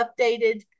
updated